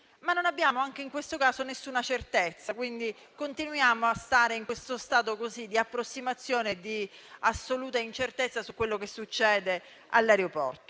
inoltre, anche in questo caso non abbiamo nessuna certezza, quindi continuiamo a rimanere in questo stato di approssimazione e di assoluta incertezza su quello che accade all'aeroporto.